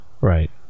Right